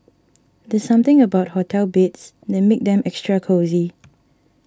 there's something about hotel beds that makes them extra cosy